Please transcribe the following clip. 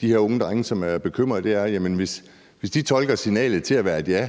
de her unge drenge er bekymrede for, er, at hvis de tolker signalet til at være et ja